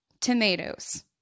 tomatoes